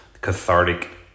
cathartic